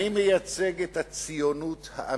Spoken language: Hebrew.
אני מייצג את הציונות האמיתית,